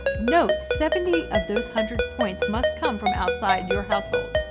note, seventy of those hundred points must come from outside your household.